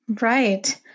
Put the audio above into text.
Right